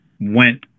went